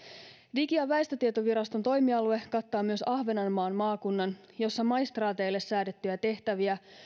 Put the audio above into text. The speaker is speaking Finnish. digi ja väestötietoviraston toimialue kattaa myös ahvenanmaan maakunnan jossa maistraateille säädettyjä tehtäviä